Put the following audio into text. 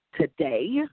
today